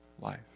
life